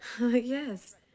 yes